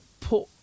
put